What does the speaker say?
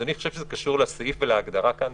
אדוני חושב שזה קשור לסעיף ולהגדרה כאן?